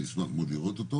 אני אשמח מאוד לראות אותו